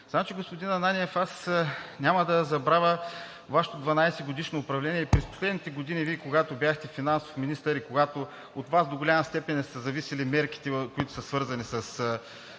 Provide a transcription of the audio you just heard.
месеца. Господин Ананиев, няма да забравя Вашето 12-годишно управление през последните години, когато бяхте финансов министър и когато от Вас до голяма степен са зависили мерките, които са свързани с